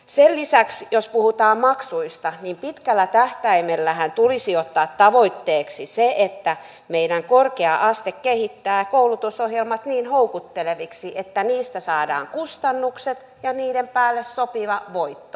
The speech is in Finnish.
sen lisäksi jos puhutaan maksuista niin pitkällä tähtäimellähän tulisi ottaa tavoitteeksi se että meidän korkea aste kehittää koulutusohjelmat niin houkutteleviksi että niistä saadaan kustannukset ja niiden päälle sopiva voitto